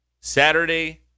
Saturday